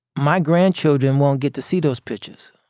my grandchildren won't get to see those pictures.